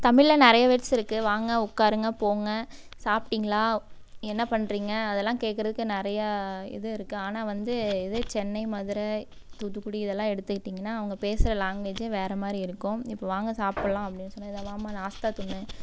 தமிழில் நிறைய வேர்ட்ஸ் இருக்குது வாங்க உட்காருங்க போங்க சாப்பிட்டீங்களா என்ன பண்ணுறீங்க அதலாம் கேட்கறக்கு நிறையா இது இருக்குது ஆனால் வந்து இதே சென்னை மதுரை தூத்துக்குடி இதெலாம் எடுத்துகிட்டீங்கன்னால் அவங்க பேசுகிற லேங்வேஜே வேறு மாதிரி இருக்கும் இப்போ வாங்க சாப்பில்லாம் அப்படின் சொன்னால் இதே வாம்மா நாஸ்த்தா துண்ணு